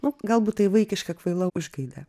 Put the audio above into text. nu galbūt tai vaikiška kvaila užgaida